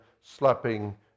slapping